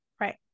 Right